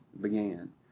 began